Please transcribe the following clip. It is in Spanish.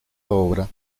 obra